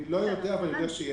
אני לא יודע אבל אני יודע שיש.